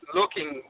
looking